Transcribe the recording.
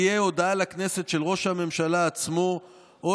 תהיה הודעה של ראש הממשלה עצמו לכנסת,